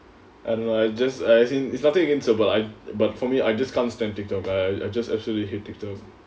I don't know I just as in it's nothing against her but I but for me I just can't stand TikTok I I just absolutely hate TikTok